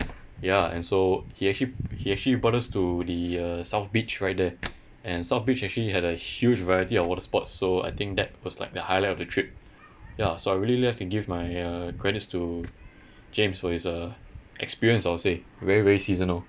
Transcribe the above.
ya and so he actually he actually brought us to the uh south beach right there and south beach actually had a huge variety of water sports so I think that was like the highlight of the trip ya so I really like to give my uh credits to james for his uh experience I would say very very seasonal